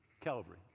Calvary